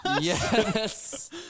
Yes